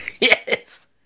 Yes